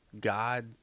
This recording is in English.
God